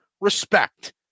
respect